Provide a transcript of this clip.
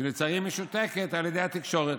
שלצערי משותקת על ידי התקשורת,